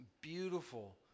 beautiful